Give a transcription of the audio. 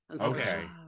okay